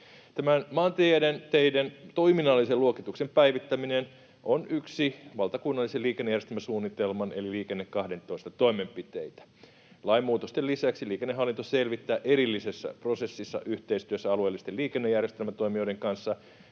maanteiden toiminnallisen luokituksen päivittäminen on yksi valtakunnallisen liikennejärjestelmäsuunnitelman eli Liikenne 12:n toimenpiteitä. Lainmuutosten lisäksi liikennehallinto selvittää erillisessä prosessissa yhteistyössä alueellisten liikennejärjestelmätoimijoiden kanssa